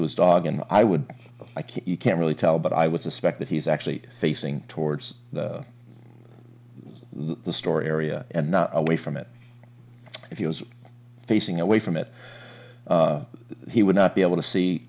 to his dog and i would like you can really tell but i would suspect that he's actually facing towards the store area and not away from it if you was facing away from it he would not be able to see